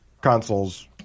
consoles